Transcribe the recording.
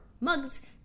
mugs